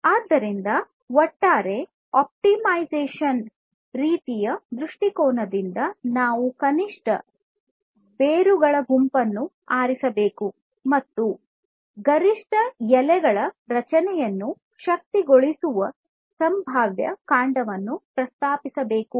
ಆದ್ದರಿಂದ ಒಟ್ಟಾರೆ ಆಪ್ಟಿಮೈಸೇಶನ್ ರೀತಿಯ ದೃಷ್ಟಿಕೋನದಿಂದ ನಾವು ಕನಿಷ್ಟ ಬೇರುಗಳ ಗುಂಪನ್ನು ಆರಿಸಬೇಕು ಮತ್ತು ಗರಿಷ್ಠ ಎಲೆಗಳ ರಚನೆಯನ್ನು ಶಕ್ತಗೊಳಿಸುವ ಸಂಭಾವ್ಯ ಕಾಂಡವನ್ನು ಪ್ರಸ್ತಾಪಿಸಬೇಕು